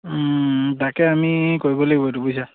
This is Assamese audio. তাকে আমি কৰিব লাগিব এইটো বুইছা